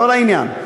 לא לעניין.